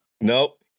Nope